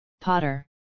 Potter